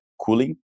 cooling